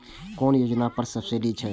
कुन योजना पर सब्सिडी छै?